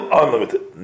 unlimited